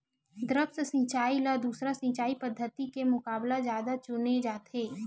द्रप्स सिंचाई ला दूसर सिंचाई पद्धिति के मुकाबला जादा चुने जाथे